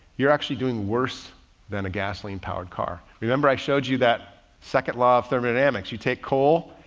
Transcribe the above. you're actually doing worse than a gasoline powered car. remember i showed you that second law of thermodynamics? you take coal,